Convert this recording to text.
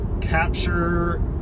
capture